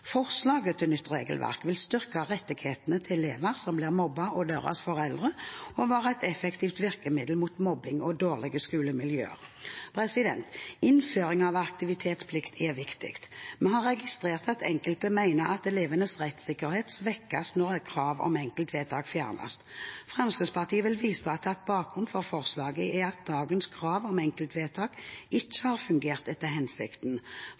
Forslaget til nytt regelverk vil styrke rettighetene til elever som blir mobbet og deres foreldre, og være et effektivt virkemiddel mot mobbing og dårlige skolemiljøer. Innføringen av aktivitetsplikt er viktig. Vi har registrert at enkelte mener at elevenes rettssikkerhet svekkes når krav om enkeltvedtak fjernes. Fremskrittspartiet vil vise til at bakgrunnen for forslaget er at dagens krav om enkeltvedtak ikke har fungert etter hensikten.